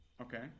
okay